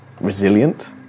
resilient